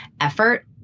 effort